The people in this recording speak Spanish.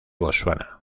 botsuana